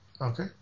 Okay